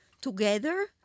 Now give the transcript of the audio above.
together